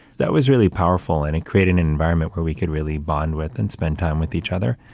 that was really powerful. and it created an environment where we could really bond with and spend time with each other.